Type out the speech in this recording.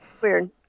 Weird